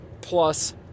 plus